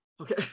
Okay